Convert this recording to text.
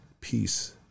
peace